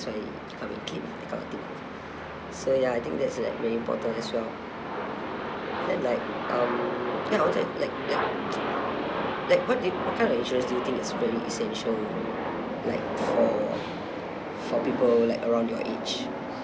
you come and claim and gao dim so ya I think that's like very important as well and like um you know like like like like what i~ what kind of insurance do you think is very essential like for for people like around your age